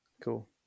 cool